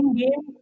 game